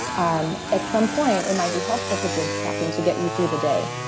um at some point it might be helpful to drink caffeine to get you through the day.